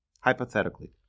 hypothetically